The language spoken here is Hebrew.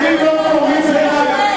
כל העם מחכה לשמוע,